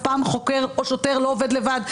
אף פעם חוקר או שוטר לא עובד לבד.